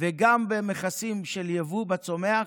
וגם במכסים של יבוא הצומח,